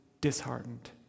disheartened